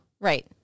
Right